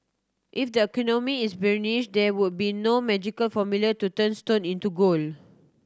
if the economy is bearish then there would be no magical formula to turn stone into gold